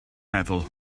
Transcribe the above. meddwl